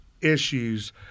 issues